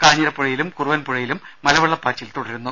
കാഞ്ഞിരപ്പുഴയിലും കുറുവൻപുഴയിലും മലവെള്ളപ്പാച്ചിൽ തുടരുന്നു